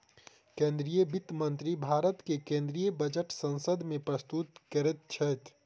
केंद्रीय वित्त मंत्री भारत के केंद्रीय बजट संसद में प्रस्तुत करैत छथि